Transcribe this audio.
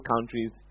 countries